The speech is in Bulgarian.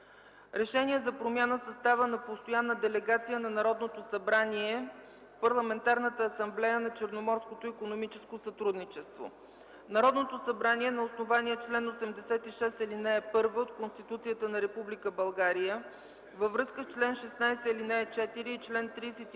РЕШЕНИЕ за промяна в състава на Постоянната делегация на Народното събрание в Парламентарната асамблея на Черноморското икономическо сътрудничество Народното събрание на основание чл. 86, ал. 1 от Конституцията на Република България във връзка с чл. 16, ал. 4 и чл. 35, ал.